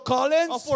Collins